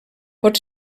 pot